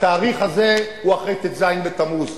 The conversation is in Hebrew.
התאריך הזה הוא אחרי י"ז בתמוז.